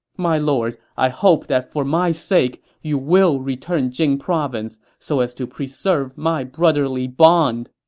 my lord, i hope that for my sake, you will return jing province so as to preserve my brotherly bond!